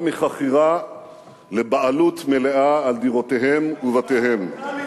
מחכירה לבעלות מלאה על דירותיהן ובתיהן.